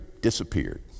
disappeared